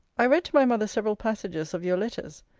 i read to my mother several passages of your letters.